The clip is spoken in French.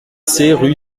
rue